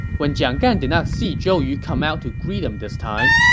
when jiang gan did not see zhou yu come out to greet him this time,